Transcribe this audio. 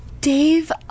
Dave